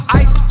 ice